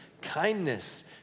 kindness